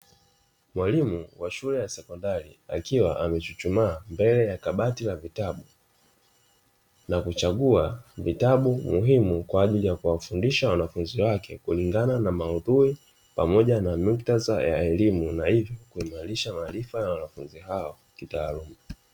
Mwalimu wa shule ya sekondari, akiwa amechuchumaa mbele ya kabati la vitabu na kuchagua vitabu muhimu kwa ajili ya kuwafundisha wanafunzi wake, kulingana na maudhui pamoja na muktadha ya elimu na hivyo kuimarisha maarifa ya wanafunzi hao kitaaluma.